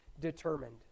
determined